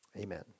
Amen